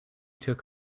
took